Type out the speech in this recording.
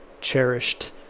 cherished